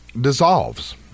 dissolves